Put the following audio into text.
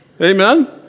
Amen